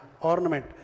ornament